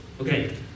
Okay